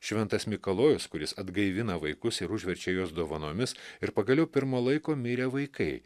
šventas mikalojus kuris atgaivina vaikus ir užverčia juos dovanomis ir pagaliau pirmo laiko mirė vaikai